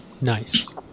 Nice